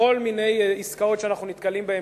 בכל מיני עסקאות שאנחנו נתקלים בהן,